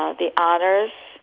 um the honors.